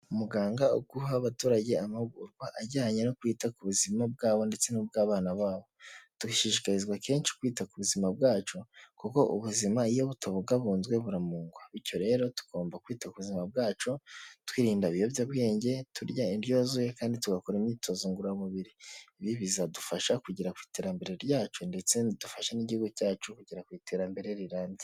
Umuganga uri guha abaturage ibijyanye no kwita ku buzima bwabo ndetse n'ubw'abana babo, dushishikazwa kenshi kwita ku buzima bwacu kuko ubuzima iyo butabungabunzwe buramugwa, bityo rero tugomba kwita ku buzima bwacu twirinda ibiyobyabwenge, turya indyo yuzuye kandi tugakora imyitozo ngororamubiri, ibi bizadufasha kugera ku iterambere ryacu ndetse dufashe n'igihugu cyacu kugera ku iterambere rirambye.